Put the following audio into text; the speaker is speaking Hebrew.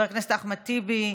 אחמד טיבי,